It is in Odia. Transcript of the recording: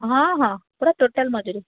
ହଁ ହଁ ପୂରା ଟୋଟାଲ୍ ମଜୁରୀ